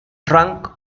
trunk